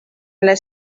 les